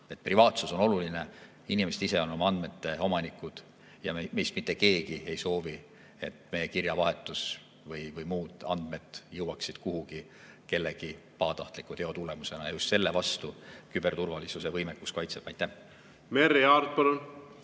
Privaatsus on oluline, inimesed ise on oma andmete omanikud. Meist mitte keegi ei soovi, et meie kirjavahetus või muud andmed jõuaksid kuhugi kellegi pahatahtliku teo tulemusena. Just selle vastu küberturvalisusvõimekus meid kaitseb. Merry Aart, palun!